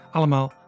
Allemaal